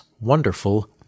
wonderful